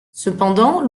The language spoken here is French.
cependant